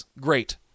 great